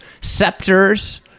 scepters